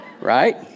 right